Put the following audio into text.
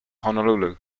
honolulu